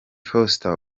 foster